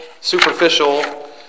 superficial